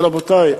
ורבותי,